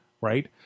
right